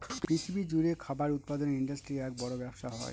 পৃথিবী জুড়ে খাবার উৎপাদনের ইন্ডাস্ট্রির এক বড় ব্যবসা হয়